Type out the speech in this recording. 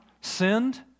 sinned